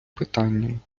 питанням